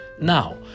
Now